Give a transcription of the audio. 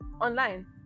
online